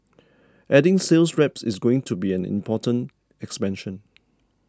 adding sales reps is going to be an important expansion